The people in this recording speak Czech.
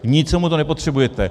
K ničemu to nepotřebujete.